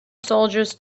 soldiers